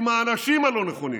עם האנשים הלא-נכונים.